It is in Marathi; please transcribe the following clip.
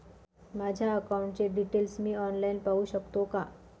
माझ्या अकाउंटचे डिटेल्स मी ऑनलाईन पाहू शकतो का?